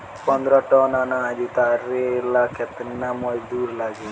पन्द्रह टन अनाज उतारे ला केतना मजदूर लागी?